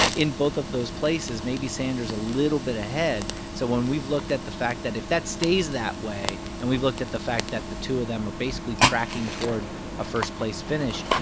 in both of those places, maybe sanders a little bit ahead. so when we've looked at the fact that if that stays that way and we've looked at the fact that the two of them are basically tracking toward a first-place finish,